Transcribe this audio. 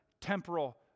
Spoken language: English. temporal